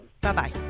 Bye-bye